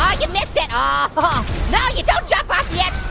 um you missed it. ah but no, you don't jump off yet.